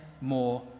more